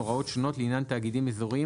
הוראות שונות לעניין תאגידים אזוריים),